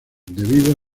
debido